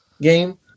game